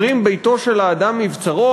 אומרים: "ביתו של אדם מבצרו",